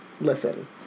listen